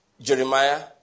Jeremiah